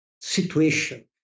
situation